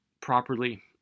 properly